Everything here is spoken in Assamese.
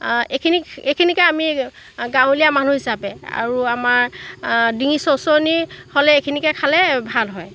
এইখিনিকে আমি গাঁৱলীয়া মানুহ হিচাপে আৰু আমাৰ ডিঙি চৰচৰণি হ'লে এইখিনিকে খালে ভাল হয়